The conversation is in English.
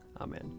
Amen